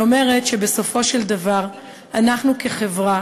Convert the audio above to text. היא אומרת שבסופו של דבר אנחנו כחברה